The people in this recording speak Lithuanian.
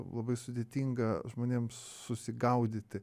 labai sudėtinga žmonėms susigaudyti